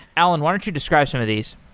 allan, why don't you describe some of these?